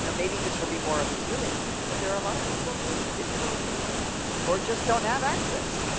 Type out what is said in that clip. you know maybe this will be more appealing, but there are a lot of people who have digital fear or just don't have access.